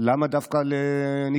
למה דווקא לניקיון?